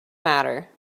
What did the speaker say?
matter